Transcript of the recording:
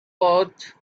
pouch